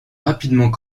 rapidement